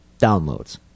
downloads